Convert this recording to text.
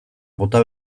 bota